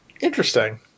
Interesting